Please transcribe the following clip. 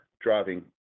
driving